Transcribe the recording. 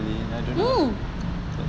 mm